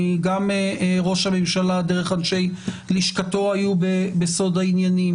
גם ראש הממשלה דרך אנשי לשכתו היו בסוד העניינים,